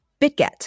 BitGet